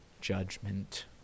judgment